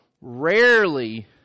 Rarely